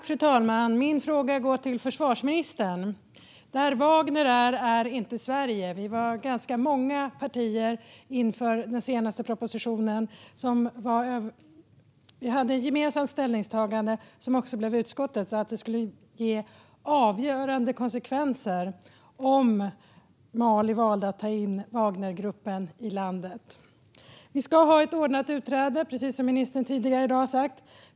Fru talman! Min fråga går till försvarsministern. Där Wagner är, där är inte Sverige. Vi var ganska många partier som inför den senaste propositionen hade ett gemensamt ställningstagande, som också blev utskottets, om att det skulle få avgörande konsekvenser om Mali valde att ta in Wagnergruppen i landet. Vi ska ha ett ordnat utträde, precis som ministern har sagt tidigare i dag.